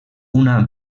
una